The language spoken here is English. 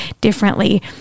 differently